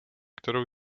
kterou